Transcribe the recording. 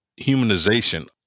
humanization